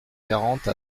quarante